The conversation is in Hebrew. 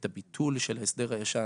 את הביטול של ההסדר הישן,